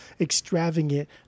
extravagant